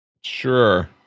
Sure